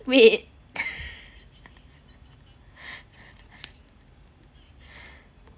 wait